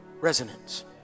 Resonance